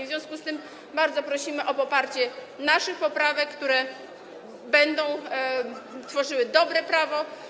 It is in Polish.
W związku z tym bardzo prosimy o poparcie naszych poprawek, które będą tworzyły dobre prawo.